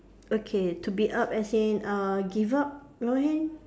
okay to be up as in uh give up your hand